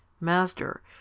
Master